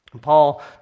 Paul